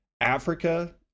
Africa